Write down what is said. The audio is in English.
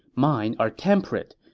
mine are temperate.